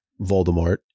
Voldemort